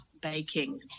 baking